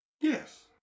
Yes